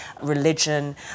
religion